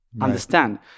understand